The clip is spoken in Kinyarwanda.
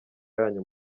yanyu